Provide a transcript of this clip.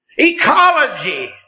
Ecology